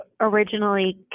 originally